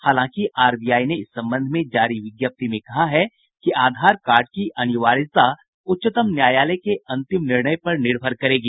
हालांकि आरबीआई ने इस संबंध में जारी विज्ञप्ति में कहा है कि आधार कार्ड की अनिवार्यता उच्चतम न्यायालय के अंतिम निर्णय पर निर्भर करेगी